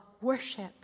worship